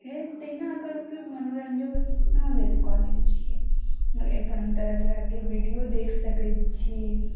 तहिना एकर मनोरञ्जन लेल कऽ लैत छियै एहि पर हम तरह तरहके वीडियो देखि सकैत छी